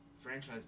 Franchise